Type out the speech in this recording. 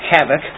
havoc